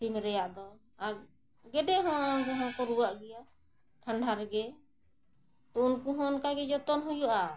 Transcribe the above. ᱥᱤᱢ ᱨᱮᱱᱟᱜ ᱫᱚ ᱟᱨ ᱜᱮᱰᱮ ᱦᱚᱸᱠᱚ ᱨᱩᱣᱟᱹᱜ ᱜᱮᱭᱟ ᱴᱷᱟᱱᱰᱟ ᱨᱮᱜᱮ ᱛᱚ ᱩᱱᱠᱩ ᱦᱚᱸ ᱚᱱᱠᱟᱜᱮ ᱡᱚᱛᱚᱱ ᱦᱩᱭᱩᱜᱼᱟ